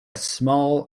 small